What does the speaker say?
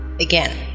Again